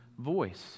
voice